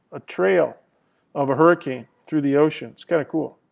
a trail of a hurricane through the ocean. it's kind of cool.